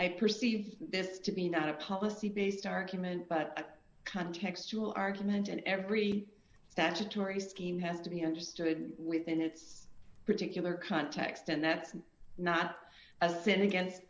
i perceive this to be not a policy based argument but contextual argument and every statutory scheme has to be understood within its particular context and that's not a sin against